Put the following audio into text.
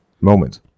moment